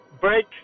break